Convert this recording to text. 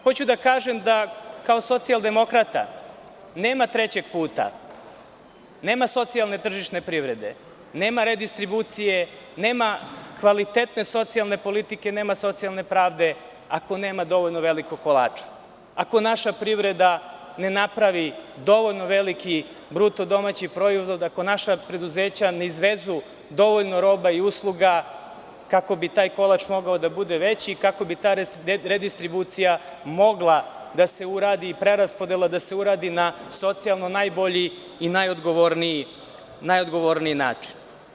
Hoću da kažem da kao socijal-demokrata nema trećeg puta, nema socijalne tržišne privrede, nema redistribucije, nema kvalitetne socijalne politike, nema socijalne pravde ako nema dovoljno velikog kolača, ako naša privreda ne napravi dovoljno veliki BDP, ako naša preduzeća ne izvezu dovoljno roba i usluga kako bi taj kolač mogao da bude veći i kako bi ta redistribucija i preraspodela mogla da se uradi na socijalno najbolji i najodgovorniji način.